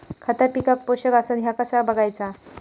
खता पिकाक पोषक आसत काय ह्या कसा बगायचा?